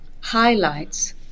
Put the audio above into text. highlights